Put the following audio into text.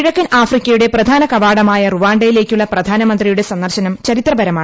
കിഴക്കൻ ആഫ്രിക്കയുടെ പ്രധാന കവാടമായ റുവാണ്ടയിലേക്കുള്ള പ്രധാനമന്ത്രിയുടെ സന്ദർശനം ചരിത്രപരമാണ്